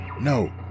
No